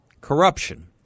corruption